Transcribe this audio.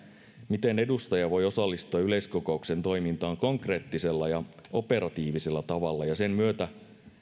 miten edustaja voi osallistua yleiskokouksen toimintaan konkreettisella ja operatiivisella tavalla ja sen myötä